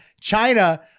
China